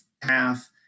path